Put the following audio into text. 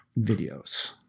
videos